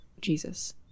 jesus